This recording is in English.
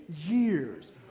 years